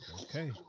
Okay